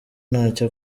ntacyo